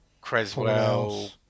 Creswell